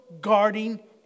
guarding